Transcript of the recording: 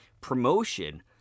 promotion